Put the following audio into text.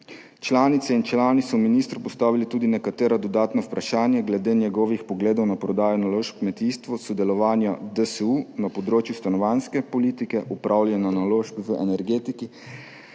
Članice in člani so ministru postavili tudi nekatera dodatna vprašanja glede njegovih pogledov na prodajo naložb v kmetijstvu, sodelovanja DSU na področju stanovanjske politike, upravljanja naložb v energetiki